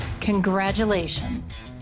Congratulations